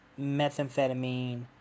methamphetamine